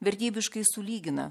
vertybiškai sulygina